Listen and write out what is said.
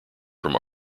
from